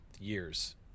years